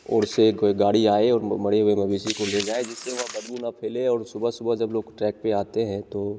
ओर से एक गाड़ी आए और मरे हुए मवेशी को ले जाए जिससे वहाँ बदबू ना फैले और सुबह सुबह जब लोग ट्रैक पे आते हैं तो